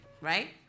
right